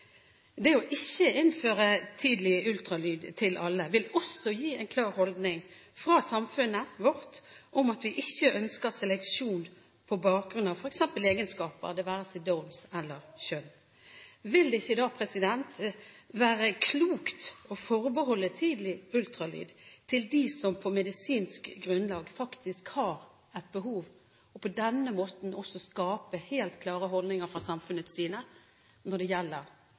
Det å ikke innføre tidlig ultralyd til alle vil også gi en klar holdning fra samfunnet vårt om at vi ikke ønsker seleksjon på bakgrunn av f.eks. egenskaper, det være seg Downs syndrom eller kjønn. Vil det ikke da være klokt å forbeholde tidlig ultralyd til dem som på medisinsk grunnlag faktisk har et behov, og på den måten også skape helt klare holdninger fra samfunnets side når det gjelder